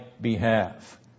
behalf